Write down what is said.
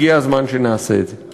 הגיע הזמן שנעשה את זה.